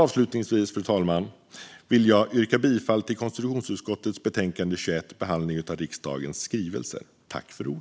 Avslutningsvis, fru talman, vill jag yrka bifall till konstitutionsutskottets betänkande 21 Behandlingen av riksdagens skrivelser .